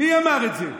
מי אמר את זה?